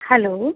hello